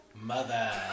Mother